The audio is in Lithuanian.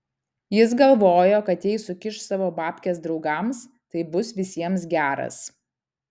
jis galvojo kad jei sukiš savo babkes draugams tai bus visiems geras